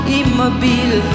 immobile